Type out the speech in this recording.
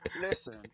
Listen